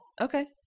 Okay